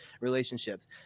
relationships